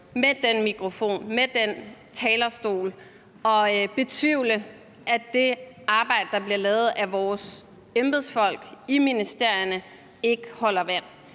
med i den mikrofon og på den talerstol at betvivle, at det arbejde, der bliver lavet af vores embedsfolk i ministerierne, holder vand.